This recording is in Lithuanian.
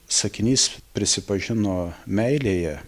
sakinys prisipažino meilėje